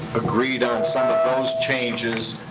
agreed on some of those changes,